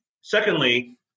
secondly